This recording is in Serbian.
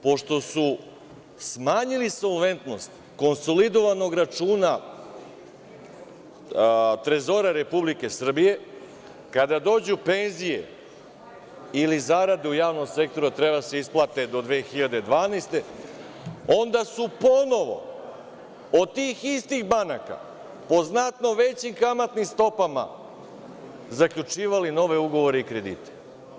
Pošto su smanjili solventnost konsolidovanog računa Trezora Republike Srbije, kada dođu penzije ili zarade u javnom sektoru, a treba da se isplate do 2012. godine, onda su ponovo od tih istih banaka po znatno većim kamatnim stopama zaključivali nove ugovore i kredite.